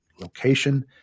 location